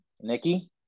Nikki